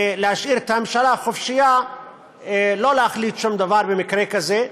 להשאיר את הממשלה חופשייה לא להחליט שום דבר במקרה כזה,